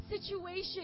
situation